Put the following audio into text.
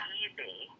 easy